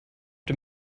dem